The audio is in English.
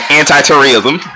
anti-terrorism